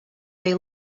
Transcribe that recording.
they